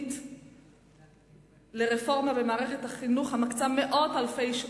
וכשאנחנו רואים ארבעה או